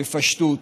בפשטות,